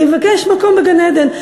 אני מבקש מקום בגן-עדן.